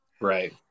Right